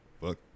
Fuck